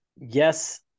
yes